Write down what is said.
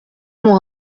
mon